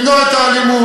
למנוע את האלימות.